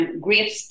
great